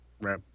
Right